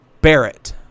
Barrett